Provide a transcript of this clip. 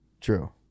True